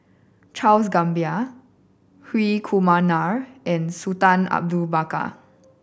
Charles Gamba Hri Kumar Nair and Sultan Abu Bakar